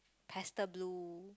pastel blue